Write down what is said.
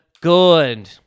good